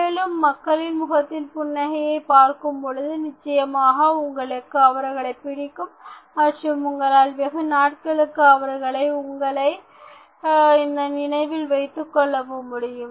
மேலும் மக்களின் முகத்தில் புன்னகையைப் பார்க்கும் பொழுது நிச்சயமாக உங்களுக்கு அவர்களைப் பிடிக்கும் மற்றும் உங்களால் வெகுநாட்களுக்கு அவர்களே உங்களை இந்த நினைவில் வைத்துக்கொள்ளவும் முடியும்